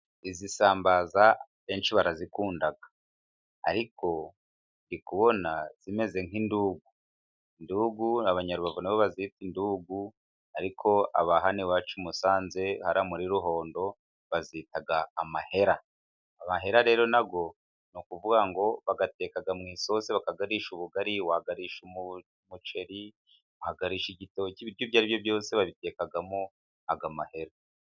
Izisambaza benshi barazikunda, ariko ntikubona zimeze nk'indugu, indugu abanyarubavu nibo bazita indugu, ariko abaha iwacu i musanze hariya muri ruhondo bazita amahera, amahera rero nayo n'ukuvuga ngo bayateka mu isosi, ukayarisha ubugari, wayarisha umuceri, uyarisha igitoki, ibiryo ibyo aribyo byose babitekagamo ayo mahera,